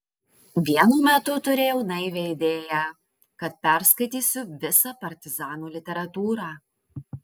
vienu metu turėjau naivią idėją kad perskaitysiu visą partizanų literatūrą